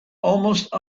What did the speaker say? almost